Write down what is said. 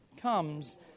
comes